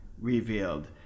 revealed